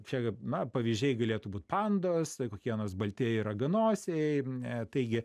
čia na pavyzdžiai galėtų būt pandos kokie nors baltieji raganosiai e taigi